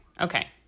Okay